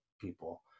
people